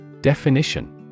Definition